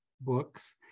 books